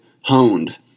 honed